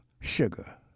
Sugar